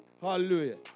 Hallelujah